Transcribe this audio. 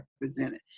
represented